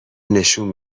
نشون